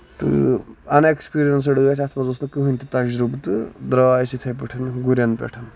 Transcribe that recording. تہٕ inexperienced ٲسۍ اَتھ منٛز اوس نہٕ کٔہیٖنۍ تہِ تَجرُبہٕ تہٕ درٛاے أسۍ یِتھٕے پٲٹھۍ گُرین پٮ۪ٹھ